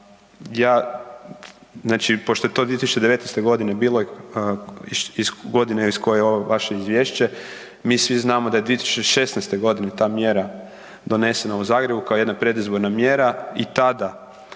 Znači pošto je to 2019. godine bilo, godine iz koje je ovo vaše izvješće, mi svi znamo da je 2016. godine ta mjera donesena u Zagrebu kao jedna predizborna mjera i tada